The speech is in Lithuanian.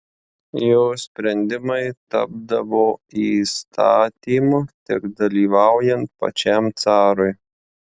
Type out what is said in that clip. jo sprendimai tapdavo įstatymu tik dalyvaujant pačiam carui